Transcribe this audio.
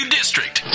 District